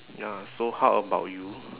ya so how about you